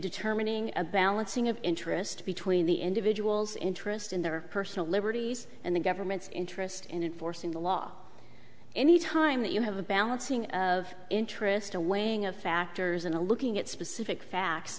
determining a balancing of interest between the individual's interest in their personal liberties and the government's interest and in forcing the law any time that you have a balancing of interest a weighing of factors and a looking at specific fact